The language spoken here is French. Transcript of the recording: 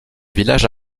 village